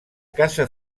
caça